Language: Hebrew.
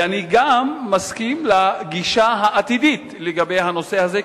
ואני גם מסכים לגישה העתידית לגבי הנושא הזה,